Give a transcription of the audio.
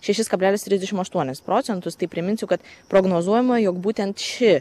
šešis kablelis trisdešim aštuonis procentus tai priminsiu kad prognozuojama jog būtent ši